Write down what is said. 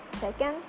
second